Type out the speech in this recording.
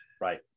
Right